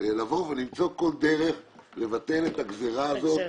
- לבוא ולמצוא כל דרך לבטל את הגזרה הזאת.